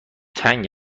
تنگ